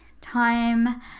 time